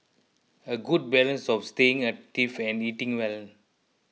a good balance of staying active and eating well